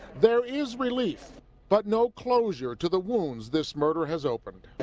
there is relief but no closure to the wounds this murder has opened.